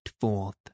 forth